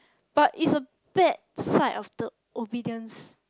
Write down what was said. but it's a bad side of the obedience